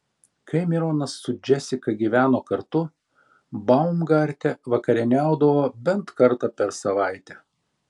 kai mironas su džesika gyveno kartu baumgarte vakarieniaudavo bent kartą per savaitę